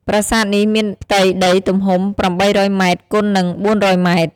ប្រាសាទនេះមានផ្ទៃដីទំហំ ៨០០ ម៉ែត្រគុណនឹង ៤០០ ម៉ែត្រ។